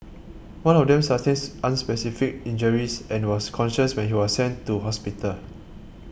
one of them sustains unspecified injuries and was conscious when he was sent to hospital